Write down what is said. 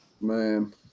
Man